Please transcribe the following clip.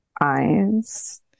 eyes